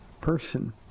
person